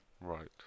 Right